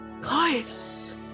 Guys